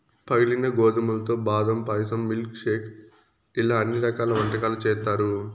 పగిలిన గోధుమలతో బాదం పాయసం, మిల్క్ షేక్ ఇలా అన్ని రకాల వంటకాలు చేత్తారు